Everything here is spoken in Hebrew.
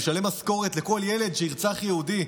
משלם משכורת לכל ילד שירצח יהודי,